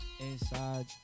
inside